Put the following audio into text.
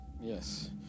Yes